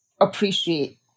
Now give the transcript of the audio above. appreciate